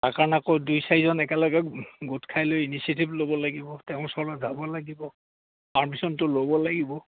কাৰণ আকৌ দুই চাৰিজন একেলগে গোট খাই লৈ ইনিচিয়েটিভ ল'ব লাগিব তেওঁৰ ওচৰলে যাব লাগিব পাৰ্মিশ্যনটো ল'ব লাগিব